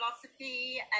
philosophy